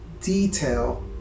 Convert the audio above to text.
detail